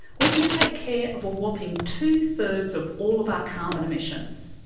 we can take care of a whopping two-thirds of all of our carbon emissions,